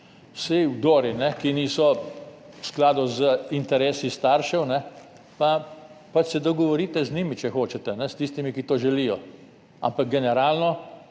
Vsi vdori, ki niso v skladu z interesi staršev, pa se pač dogovorite z njimi, če hočete, s tistimi, ki to želijo, ampak generalno